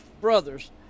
brothers